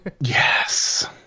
Yes